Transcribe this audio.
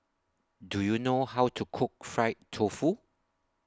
Do YOU know How to Cook Fried Tofu